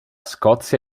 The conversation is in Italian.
scozia